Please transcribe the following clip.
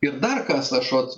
ir dar kas aš vat